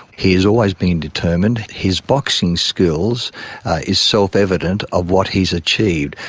he has always been determined. his boxing skills is self-evident of what he has achieved.